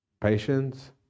Patience